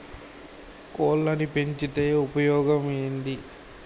కోళ్లని పెంచితే ఉపయోగం ఏంది?